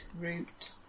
route